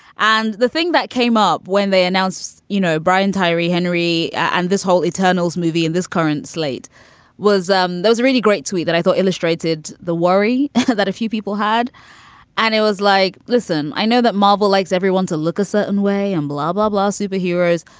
and the thing that came up when they announced, you know, brian tyree, henry and this whole eternals movie and this current slate was um those really great to me that i thought illustrated the worry that a few people had and it was like, listen i know that marvel likes everyone to look a certain way and blah, blah, blah superheroes,